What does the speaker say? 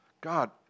God